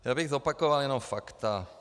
Já bych zopakoval jenom fakta.